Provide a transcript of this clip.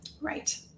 right